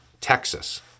Texas